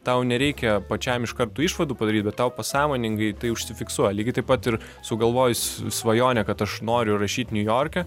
tau nereikia pačiam iš karto išvadų padaryt bet tau pasąmoningai tai užsifiksuoja lygiai taip pat ir sugalvojus svajonę kad aš noriu įrašyt niujorke